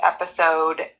episode